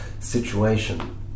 situation